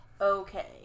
okay